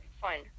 Fine